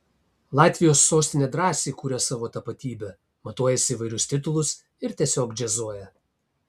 latvijos sostinė drąsiai kuria savo tapatybę matuojasi įvairius titulus ir tiesiog džiazuoja